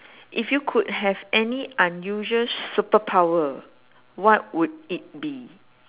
if you could have any unusual superpower what would it be